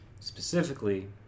Specifically